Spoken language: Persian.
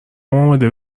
آماده